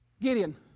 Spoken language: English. Gideon